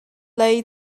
lei